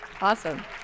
Awesome